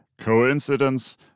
Coincidence